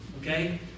okay